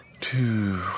two